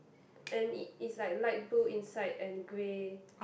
and it is like light blue inside and grey